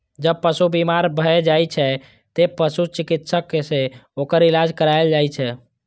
जब पशु बीमार भए जाइ छै, तें पशु चिकित्सक सं ओकर इलाज कराएल जाइ छै